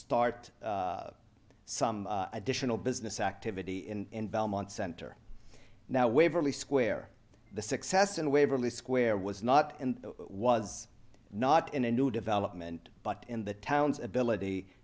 start some additional business activity in belmont center now waverly square the success in waverly square was not and was not in a new development but in the towns ability